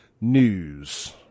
News